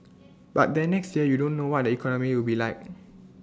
but then next year you don't know what the economy will be like